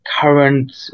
current